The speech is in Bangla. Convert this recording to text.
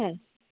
হ্যাঁ